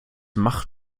macht